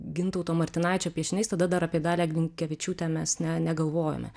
gintauto martynaičio piešiniais tada dar apie dalią grinkevičiūtę mes ne negalvojome